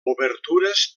obertures